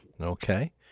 Okay